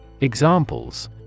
Examples